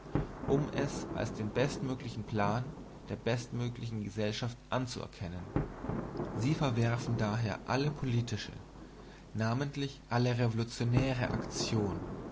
um es als den bestmöglichen plan der bestmöglichen gesellschaft anzuerkennen sie verwerfen daher alle politische namentlich alle revolutionäre aktion